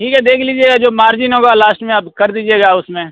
ठीक है देख लीजिएगा जो मार्जिन होगा लाश्ट में आप कर दीजिएगा उस में